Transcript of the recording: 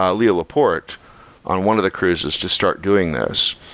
um leo laporte on one of the cruises to start doing this.